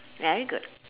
very good